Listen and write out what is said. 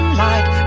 light